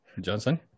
Johnson